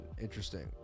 Interesting